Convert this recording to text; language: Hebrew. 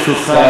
ברשותך,